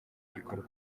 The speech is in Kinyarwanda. gikorwa